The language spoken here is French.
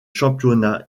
championnat